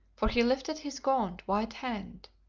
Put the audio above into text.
for he lifted his gaunt, white hand